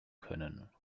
können